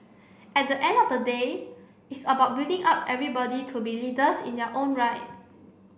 at the end of the day it's about building up everybody to be leaders in their own right